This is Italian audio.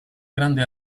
grande